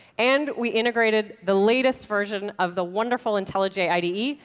and we integrated the latest version of the wonderful intellij ide, yeah